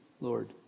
Lord